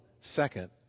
second